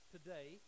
today